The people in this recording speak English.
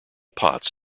pots